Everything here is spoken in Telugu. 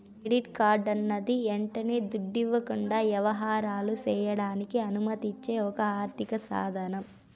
కెడిట్ కార్డన్నది యంటనే దుడ్డివ్వకుండా యవహారాలు సెయ్యడానికి అనుమతిచ్చే ఒక ఆర్థిక సాదనం